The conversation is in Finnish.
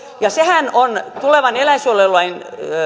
ja sehän on tulevaa eläinsuojelulakia